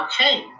Okay